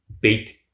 beat